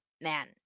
man